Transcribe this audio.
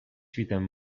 świtem